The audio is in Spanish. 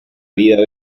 vida